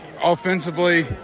offensively